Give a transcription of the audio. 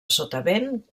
sotavent